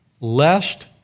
Lest